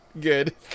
Good